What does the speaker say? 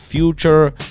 Future